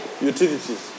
Utilities